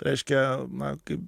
reiškia na kaip